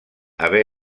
haver